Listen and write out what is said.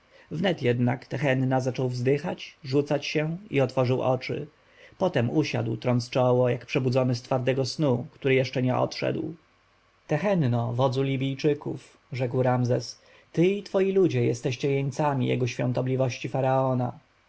wnet jednak tehenna zaczął wzdychać rzucać się i otworzył oczy potem usiadł trąc czoło jak przebudzony z twardego snu który jeszcze nie odszedł tehenno wodzu libijczyków rzekł ramzes ty i twoi ludzie jesteście jeńcami jego świątobliwości faraona